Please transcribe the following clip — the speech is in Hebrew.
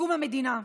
מקום המדינה.